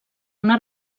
una